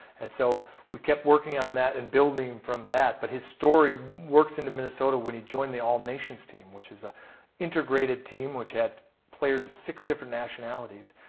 and so we kept working on that and building from that but his story works into minnesota when he joined the all nations team which is a integrated team which had players of six different nationalities.